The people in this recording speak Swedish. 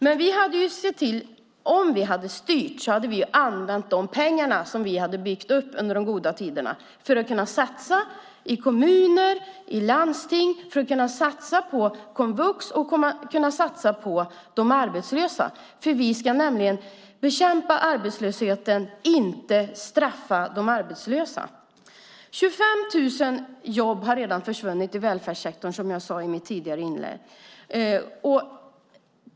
Om vi hade styrt hade vi ju använt de pengar som vi samlat under goda tider för att satsa i kommuner och landsting och satsa på komvux och arbetslösa. Vi ska nämligen bekämpa arbetslösheten, inte straffa de arbetslösa. 25 000 jobb har redan försvunnit i välfärdssektorn, som jag sade i mitt tidigare inlägg.